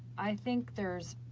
i think there's,